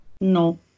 no